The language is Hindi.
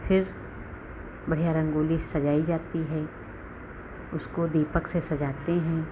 फ़िर बढ़िया रंगोली सजाई जाती है उसको दीपक से सजाते हैं